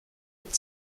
and